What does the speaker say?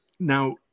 Now